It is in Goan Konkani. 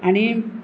आणी